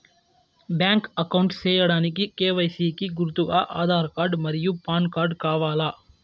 Bank account సేయడానికి KYC కి గుర్తుగా ఆధార్ కార్డ్ మరియు పాన్ కార్డ్ కావాలా?